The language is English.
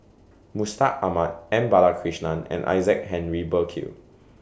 Mustaq Ahmad M Balakrishnan and Isaac Henry Burkill